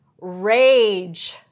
rage